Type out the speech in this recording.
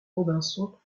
robinson